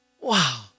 Wow